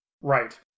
Right